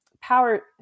power